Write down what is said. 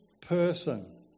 person